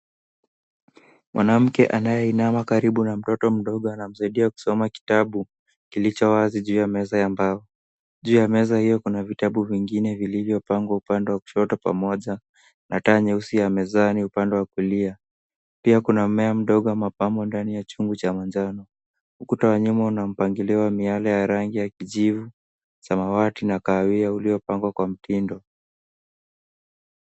Mwanamke anayeinama karibu na mtoto mdogo anamsaidia kusoma kitabu kilichowazi juu ya meza ya mbao. Juu ya meza hiyo kuna vitabu vingine vilivyopangwa upande wa kushoto pamoja na taa nyeusi ya mezani upande wa kulia. Pia kuna mmea mdogo wa mapambo ndani ya chumba cha manjano. Ukuta wa nyuma una mpangilio wa miale ya rangi ya kijivu, samawati na kahawia uliopangwa kwa mtindo.